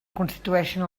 constitueixen